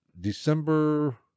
December